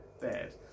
bad